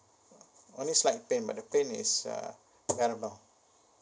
only slight pain but the pain is uh bearable